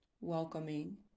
welcoming